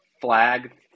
flag